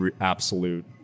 absolute